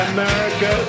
America